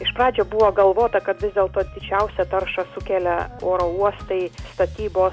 iš pradžių buvo galvota kad vis dėlto didžiausią taršą sukelia oro uostai statybos